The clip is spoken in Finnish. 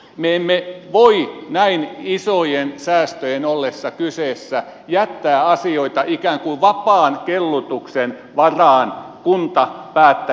me emme voi näin isojen säästöjen ollessa kyseessä jättää asioita ikään kuin vapaan kellutuksen varaan kuntapäättäjille